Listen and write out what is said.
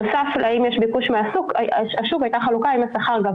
בנוסף לביקוש, הייתה ביניהם חלוקה לפי השכר.